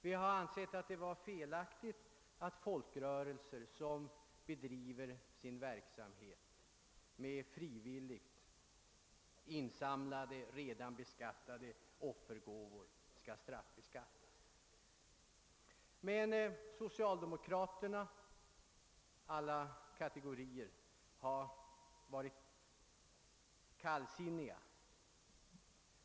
Vi anser att det är felaktigt att folkrörelser som bedriver sin verksamhet med frivilligt in Socialdemokraterna — av alla kategorier — har emellertid varit kallsinniga mot våra protester.